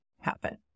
happen